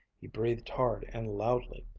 he breathed hard and loudly.